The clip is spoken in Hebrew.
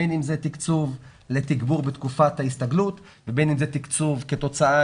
בין אם זה תקצוב לתגבור בתקופת ההסתגלות ובין אם זה תקצוב כתוצאה